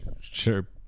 Sure